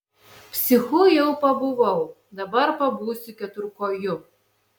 psichu jau pabuvau dabar pabūsiu keturkoju